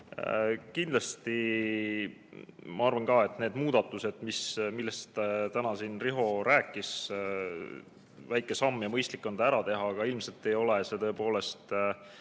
Kindlasti, ma arvan ka, et need muudatused, millest Riho täna siin rääkis, on väike samm ja mõistlik on see ära teha, aga ilmselt ei ole see tõepoolest